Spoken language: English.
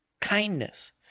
kindness